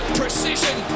precision